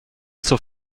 zur